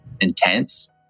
intense